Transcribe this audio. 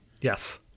Yes